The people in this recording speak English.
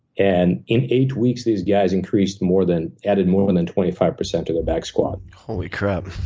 and in eight weeks, these guys increased more than added more and than twenty five percent to their back squat. holy crap.